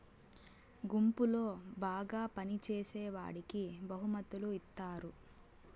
గుంపులో బాగా పని చేసేవాడికి బహుమతులు ఇత్తారు